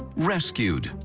rescued,